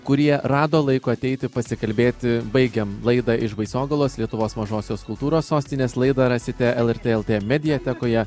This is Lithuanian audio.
kurie rado laiko ateiti pasikalbėti baigiam laidą iš baisogalos lietuvos mažosios kultūros sostinės laidą rasite lrt lt mediatekoje